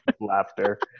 laughter